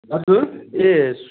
हजुर ए